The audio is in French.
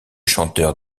chanteur